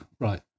right